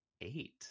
eight